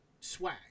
swag